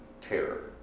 terror